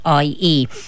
ie